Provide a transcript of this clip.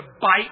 bite